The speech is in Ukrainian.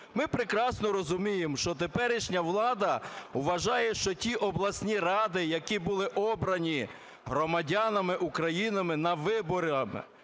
Ми прекрасно розуміємо, що теперішня влада вважає, що ті обласні ради, які були обрані громадянами України на виборах